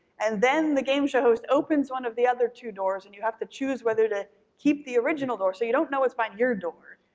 and then the game show host opens one of the other two doors and you have to choose whether to keep the original door, so you don't know what's behind your door.